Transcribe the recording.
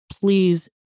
please